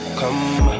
come